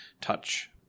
touch